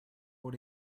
all